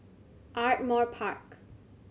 Ardmore Park